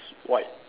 white